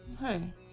hey